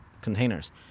containers